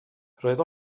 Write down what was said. roedd